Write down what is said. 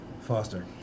Foster